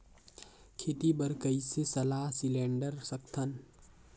खेती बर कइसे सलाह सिलेंडर सकथन?